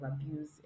abuse